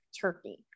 turkey